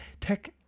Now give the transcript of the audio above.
tech